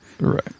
Right